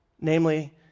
namely